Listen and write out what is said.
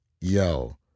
yo